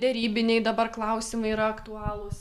derybiniai dabar klausimai yra aktualūs